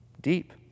Deep